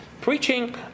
preaching